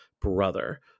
brother